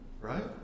right